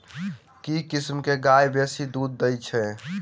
केँ किसिम केँ गाय बेसी दुध दइ अछि?